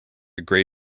gray